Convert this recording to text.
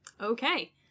Okay